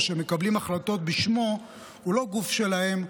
שמקבלים החלטות בשמו הוא לא גוף שלהם,